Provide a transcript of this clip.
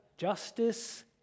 Justice